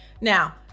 Now